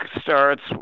starts